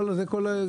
זאת כל הצעת החוק.